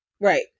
Right